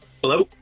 Hello